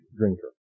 drinker